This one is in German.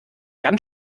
ganz